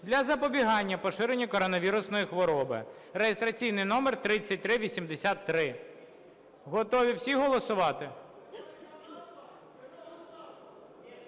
для запобігання поширенню коронавірусної хвороби (реєстраційний номер 3383). Готові всі голосувати?